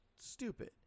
stupid